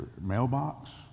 mailbox